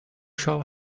shall